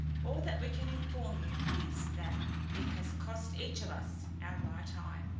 all that we can inform you is, that it has cost each of us our right eye,